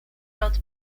lot